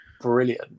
brilliant